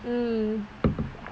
mm